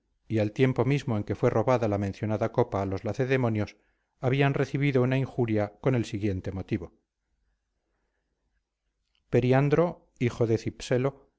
y al tiempo mismo en que fue robada la mencionada copa a los lacedemonios habían recibido una injuria con el siguiente motivo periandro hijo de cipselo